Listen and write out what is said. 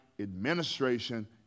administration